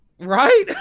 Right